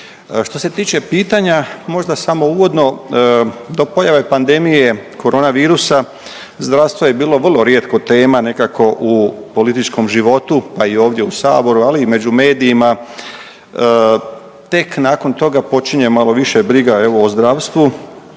Što se tiče pitanja, možda samo uvodno, do pojave pandemije koronavirusa, zdravstvo je bilo vrlo rijetko tema nekako u političkom životu, pa i ovdje u Saboru, ali i među medijima, tek nakon toga počinje malo više briga, evo, o zdravstvu,